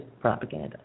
propaganda